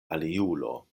aliulo